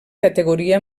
categoria